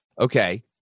okay